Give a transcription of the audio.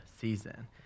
season